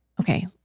okay